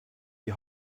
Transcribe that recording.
die